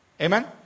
Amen